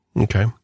Okay